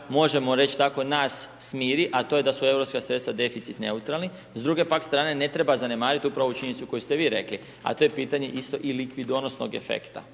možemo reć' tako, nas smiri, a to je da su europska sredstva deficit neutralni. S druge pak strane ne treba zanemariti upravo ovu činjenicu koju ste vi rekli, a to je pitanje isto i likvidonosnog efekta,